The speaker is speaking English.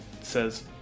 says